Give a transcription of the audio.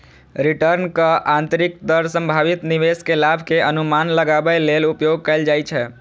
रिटर्नक आंतरिक दर संभावित निवेश के लाभ के अनुमान लगाबै लेल उपयोग कैल जाइ छै